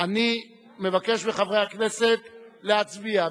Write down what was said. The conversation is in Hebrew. אני מבקש מחברי הכנסת להצביע.